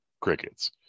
Crickets